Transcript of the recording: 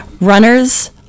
Runners